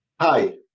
Hi